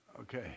Okay